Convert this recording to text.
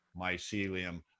mycelium